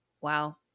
wow